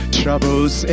troubles